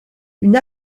une